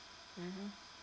mmhmm